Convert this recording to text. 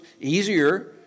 easier